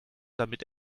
damit